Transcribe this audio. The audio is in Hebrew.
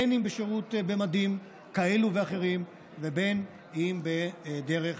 אם בשירות במדים כאלה ואחרים ואם בדרך